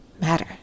matter